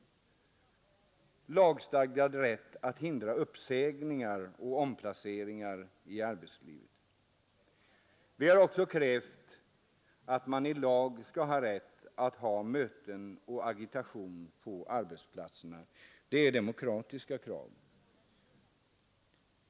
Vidare måste finnas lagstadgad rätt att hindra uppsägningar och omplaceringar i arbetslivet. Vi har också krävt att man enligt lag skall ha rätt att ha möten och agitation på arbetsplatserna. Det är demokratiska krav.